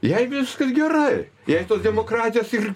jai viskas gerai jai tos demokratijos ir